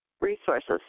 resources